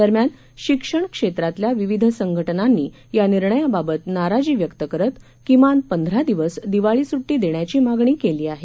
दरम्यान शिक्षण क्षेत्रातल्या विविध संघज्ञांनी या निर्णयाबाबत नाराजी व्यक्त करत किमान पंधरा दिवस दिवाळी सुपी देण्याची मागणी केली आहे